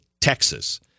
Texas